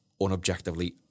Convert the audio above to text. unobjectively